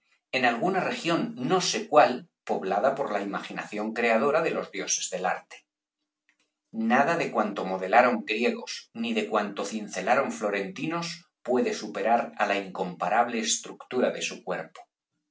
en alguna región no sé cuál poblada por la imaginación creadora de los dioses del arte nada de cuanto modelaron griegos ni de cuanto cincelaron florentinos puede superar á la incomparable estructura de su cuerpo